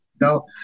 no